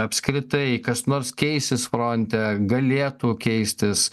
apskritai kas nors keisis fronte galėtų keistis